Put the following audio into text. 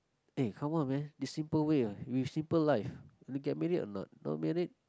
eh come on man is simple way ah with simple life you get married or not not married